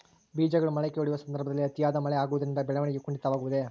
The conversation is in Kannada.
ಬೇಜಗಳು ಮೊಳಕೆಯೊಡೆಯುವ ಸಂದರ್ಭದಲ್ಲಿ ಅತಿಯಾದ ಮಳೆ ಆಗುವುದರಿಂದ ಬೆಳವಣಿಗೆಯು ಕುಂಠಿತವಾಗುವುದೆ?